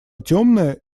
темная